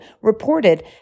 reported